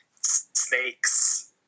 snakes